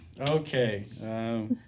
Okay